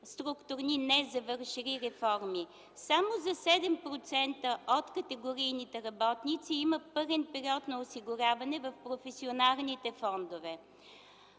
структурни, незавършили реформи. Само за 7% от категорийните работници има пълен период на осигуряване в професионалните фондове.